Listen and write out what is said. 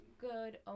good